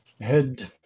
head